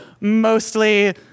mostly